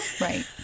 right